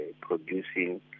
producing